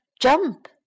jump